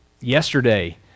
yesterday